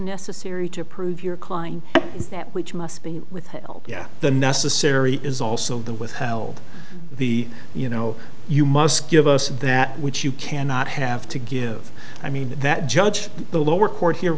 necessary to prove your kline that which must be withheld yet the necessary is also the withheld the you know you must give us that which you cannot have to give i mean that judge the lower court here